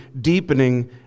deepening